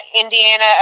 indiana